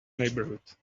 neighborhood